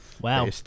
Wow